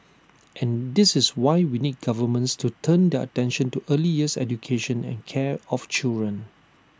and this is why we need governments to turn their attention to early years education and care of children